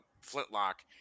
flintlock